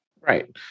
Right